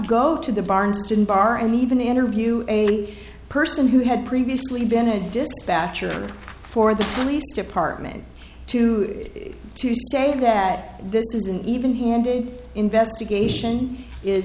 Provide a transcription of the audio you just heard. go to the barnes didn't bar and even interview a person who had previously been a dispatcher for the police department to to say that this is an even handed investigation is